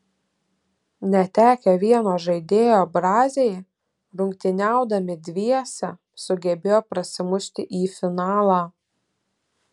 netekę vieno žaidėjo braziai rungtyniaudami dviese sugebėjo prasimušti į finalą